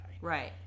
right